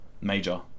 major